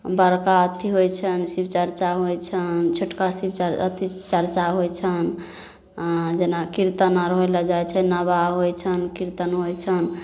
बड़का अथी होइ छनि शिव चरचा होइ छनि छोटका शिव चर अथी चरचा होइ छनि जेना किरतन आर होइलए जाइ छनि नवाह होइ छनि किरतन होइ छनि